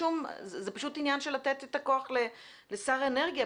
זה פשוט עניין של לתת את הכוח לשר האנרגיה.